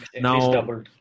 Now